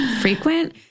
frequent